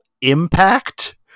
Impact